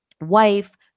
wife